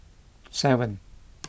seven